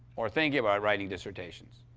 or thinking about writing dissertations?